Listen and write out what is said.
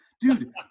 Dude